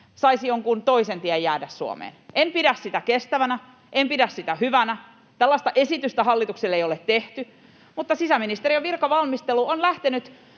saisi jonkun toisen tien jäädä Suomeen. En pidä sitä kestävänä, en pidä sitä hyvänä. Tällaista esitystä hallitukselle ei ole tehty, mutta sisäministeriön virkavalmistelu on lähtenyt